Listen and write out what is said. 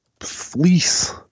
fleece